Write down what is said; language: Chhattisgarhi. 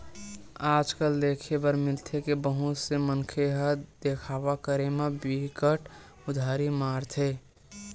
आज कल देखे बर मिलथे के बहुत से मनखे ह देखावा करे म बिकट उदारी मारथे